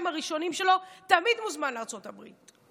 הראשונים שלו תמיד מוזמן לארצות הברית?